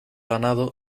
ganado